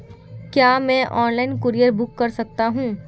क्या मैं online courier book कर सकता हूँ?